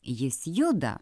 jis juda